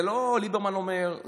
זה לא ליברמן אומר,